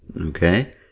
Okay